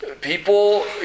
People